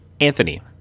Anthony